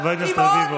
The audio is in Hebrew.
חבר הכנסת רביבו.